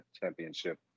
championship